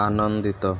ଆନନ୍ଦିତ